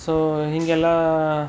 so ಹೀಗೆಲ್ಲ